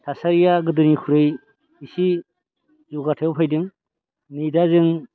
थासारिया गोदोनिख्रुइ एसे जौगाथायाव फैदों नै दा जों